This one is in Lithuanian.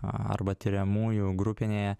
arba tiriamųjų grupinėje